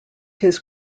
his